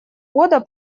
года